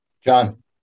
John